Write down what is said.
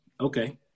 Okay